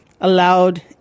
allowed